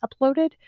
uploaded